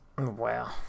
wow